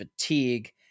fatigue